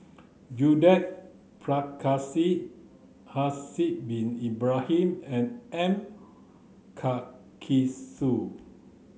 Judith Prakash Haslir Bin Ibrahim and M Karthigesu